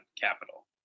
capital